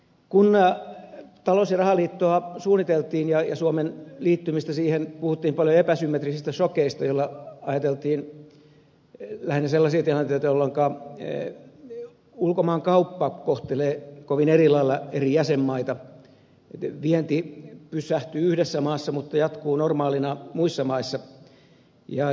kun talous ja rahaliittoa suunniteltiin ja suomen liittymistä siihen puhuttiin paljon epäsymmetrisistä sokeista joilla ajateltiin lähinnä sellaisia tilanteita jolloinka ulkomaankauppa kohtelee kovin eri lailla eri jäsenmaita vienti pysähtyy yhdessä maassa mutta jatkuu normaalina muissa maissa